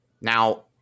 Now